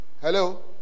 Hello